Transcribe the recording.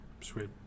Sweet